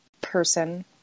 person